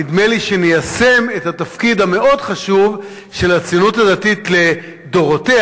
נדמה לי שניישם את התפקיד המאוד-חשוב של הציונות הדתית לדורותיה,